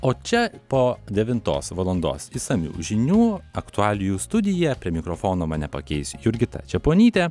o čia po devintos valandos išsamių žinių aktualijų studija prie mikrofono mane pakeis jurgita čeponytė